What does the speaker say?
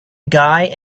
guy